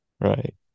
Right